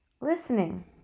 listening